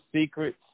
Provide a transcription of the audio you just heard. secrets